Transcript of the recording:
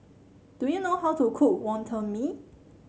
do you know how to cook Wonton Mee